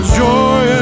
joy